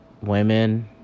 women